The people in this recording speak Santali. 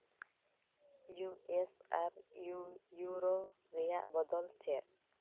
ᱤᱭᱩ ᱮᱥ ᱟᱨ ᱤᱭᱩ ᱤᱭᱩᱨᱳ ᱨᱮᱭᱟᱜ ᱵᱚᱫᱚᱞ ᱪᱮᱫ